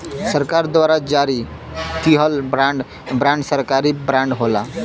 सरकार द्वारा जारी किहल बांड सरकारी बांड होला